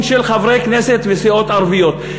של חברי כנסת ערבים וסיעות ערביות.